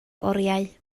oriau